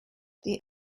the